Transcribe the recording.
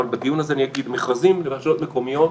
אבל בדיון הזה אני אגיד: מכרזים לרשויות מקומיות,